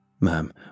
Ma'am